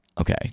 Okay